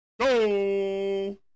go